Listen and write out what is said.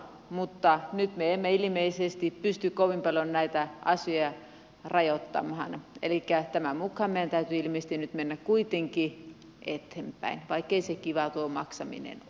mutta nyt me emme ilmeisesti pysty kovin paljon näitä asioita rajoittamaan elikkä tämän mukaan meidän täytyy ilmeisesti nyt mennä kuitenkin eteenpäin vaikkei kivaa tuo maksaminen ole